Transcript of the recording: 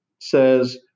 says